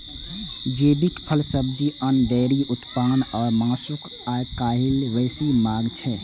जैविक फल, सब्जी, अन्न, डेयरी उत्पाद आ मासुक आइकाल्हि बेसी मांग छै